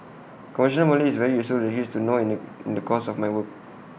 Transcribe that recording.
conversational Malay is A very useful language to know in the in the course of my work